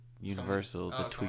Universal